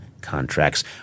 contracts